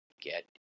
Get